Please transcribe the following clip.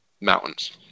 mountains